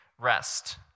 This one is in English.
rest